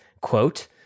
quote